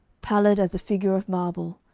pallid as a figure of marble,